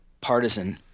partisan